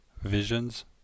Visions